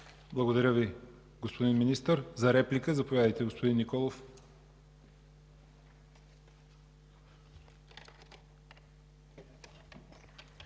Благодаря Ви, господин Министър. За реплика – заповядайте, господин Николов.